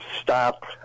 stop